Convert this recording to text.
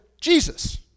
Jesus